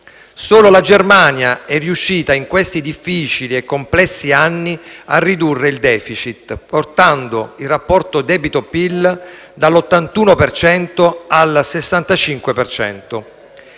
solo la Germania è riuscita, in questi difficili e complessi anni, a ridurre il *deficit*, portando il rapporto debito-PIL dall'81 al 65